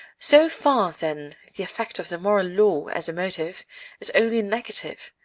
so far, then, the effect of the moral law as a motive is only negative,